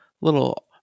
little